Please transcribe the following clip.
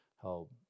help